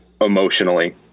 emotionally